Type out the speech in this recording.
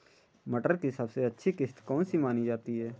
मटर की सबसे अच्छी किश्त कौन सी मानी जाती है?